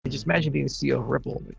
but just imagine being ceo of ripple.